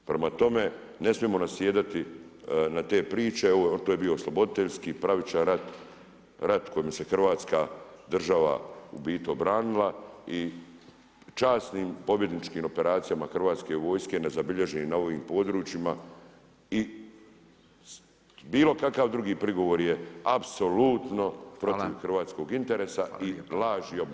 Prema tome, ne smijemo nasjedati na te priče, to je bio oslobiteljski, pravični rat, rat, kojom se Hrvatska država u biti obranila i časnim pobjedničkim operacijama hrvatske vojske nezabilježen na ovim područjima i bilo kakav drugi prigovor je apsolutno protiv hrvatskog interesa i laž i obmana.